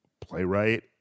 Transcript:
playwright